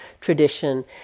tradition